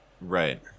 Right